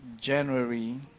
January